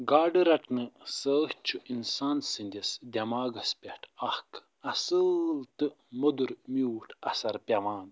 گاڈٕ رٹنہِ سۭتۍ چھُ اِنسان سٕنٛدِس دٮ۪ماغس پٮ۪ٹھ اکھ اصۭل تہٕ مۅدُر میٛوٗٹھ اثر پٮ۪وان